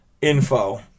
info